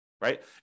right